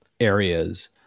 areas